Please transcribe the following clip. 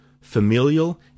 familial